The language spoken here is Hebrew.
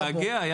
אני